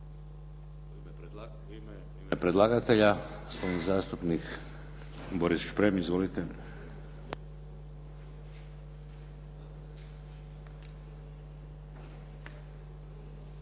ime predlagatelja, gospodin zastupnik Boris Šprem. Izvolite.